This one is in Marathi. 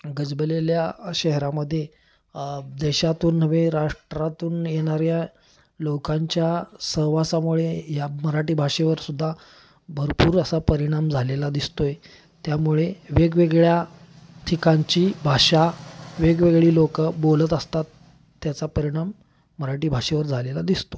गजबजलेल्या शहरामध्ये देशातून नव्हे राष्ट्रातून येणाऱ्या लोकांच्या सहवासामुळे या मराठी भाषेवरसुद्धा भरपूर असा परिणाम झालेला दिसतो आहे त्यामुळे वेगवेगळ्या ठिकाणची भाषा वेगवेगळी लोकं बोलत असतात त्याचा परिणाम मराठी भाषेवर झालेला दिसतो